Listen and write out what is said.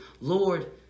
Lord